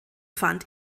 fand